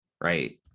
Right